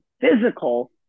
physical